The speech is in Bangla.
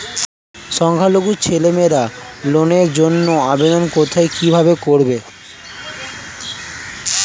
সংখ্যালঘু ছেলেমেয়েরা লোনের জন্য আবেদন কোথায় কিভাবে করবে?